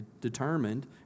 determined